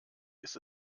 ist